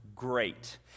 great